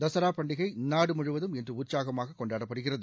தசரா பண்டிகை நாடு முழுவதம் இன்று உற்சாகமாக கொண்டாடப்படுகிறது